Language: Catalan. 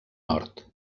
nord